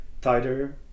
tighter